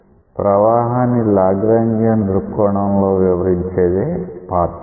ప్రవాహాన్ని లాగ్రాంజియాన్ దృక్కోణం లో వివరించేదే పాత్ లైన్